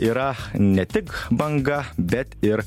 yra ne tik banga bet ir